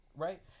Right